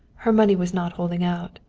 her money was not holding out.